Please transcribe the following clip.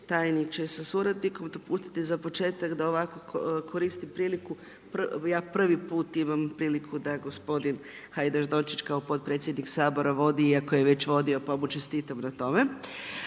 tajniče sa suradnikom, dopustite za početak da ovako koristim priliku. Ja prvi puta imam priliku da gospodin Hajdaš Dončić kao potpredsjednik Sabora vodi, iako je već vodio pa mu čestitam na tome.